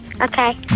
Okay